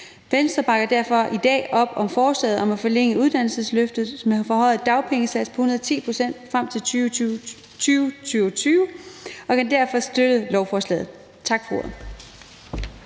Venstre bakker derfor i dag op om forslaget om at forlænge uddannelsesløftet med en forhøjet dagpengesats på 110 pct. frem til 2022 og kan derfor støtte lovforslaget. Tak for ordet.